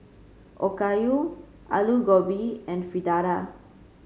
Okayu Alu Gobi and Fritada